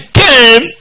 came